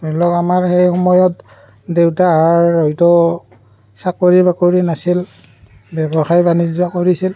ধৰি লওক আমাৰ সেই সময়ত দেউতাৰ হয়তো চাকৰি বাকৰি নাছিল ব্যৱসায় বাণিজ্য কৰিছিল